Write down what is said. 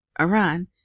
iran